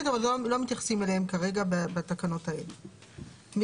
אבל כרגע בתקנות האלה לא מתייחסים אליהן.